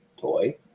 toy